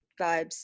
vibes